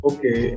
Okay